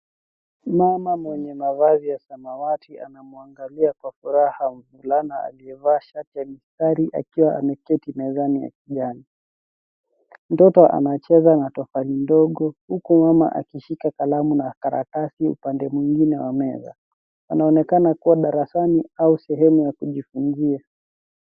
Mama mwenye mavazi ya samawati anamwangalia kwa furaha mvulana aliyevaa shati ya mistari akiwa ameketi mezani akiani. Mtoto anacheza na tofali ndogo huku mama akishika karamu na karatasi pande mwingine wa meza. Anaonekana kuwa darasani au sehemu ya kujifunzia.